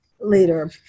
later